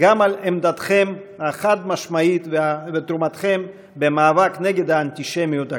על עמדתכם החד-משמעית ותרומתכם במאבק נגד האנטישמיות הגואה.